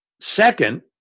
Second